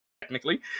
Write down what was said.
technically